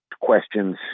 questions